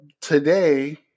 today